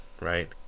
right